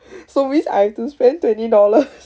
so means I have to spend twenty dollars